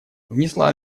внесла